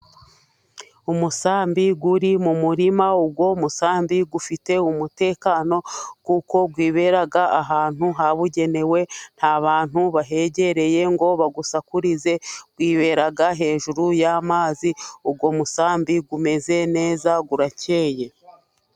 Umusambi uri mu murima, uwo musambi ufite umutekano kuko wibera ahantu habugenewe, nta bantu bahegereye ngo bawusakurize, wibera hejuru y'amazi, uwo musambi umeze neza urakeye.